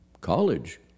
college